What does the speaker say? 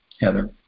Heather